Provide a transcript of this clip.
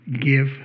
give